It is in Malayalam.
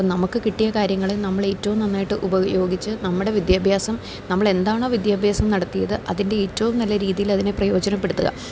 അപ്പോള് നമുക്കു കിട്ടിയ കാര്യങ്ങളിൽ നമ്മളേറ്റവും നന്നായിട്ട് ഉപയോഗിച്ച് നമ്മുടെ വിദ്യാഭ്യാസം നമ്മളെന്താണോ വിദ്യാഭ്യാസം നടത്തിയത് അതിൻ്റെ ഏറ്റവും നല്ല രീതിയിൽ അതിനെ പ്രയോജനപ്പെടുത്തുക